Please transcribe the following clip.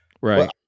Right